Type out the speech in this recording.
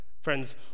Friends